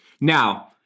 now